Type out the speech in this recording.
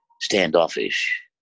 standoffish